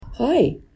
Hi